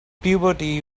puberty